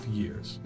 years